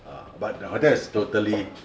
but the hotel is totally